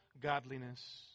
godliness